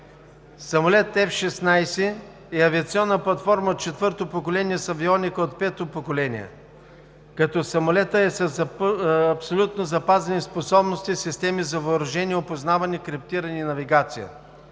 Самолет F-16 е авиационна платформа четвърто поколение с авионика от пето поколение, като самолетът е с абсолютно запазени способности, системи за въоръжение, опознаване, криптиране и навигация.